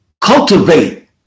Cultivate